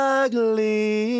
ugly